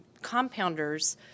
compounders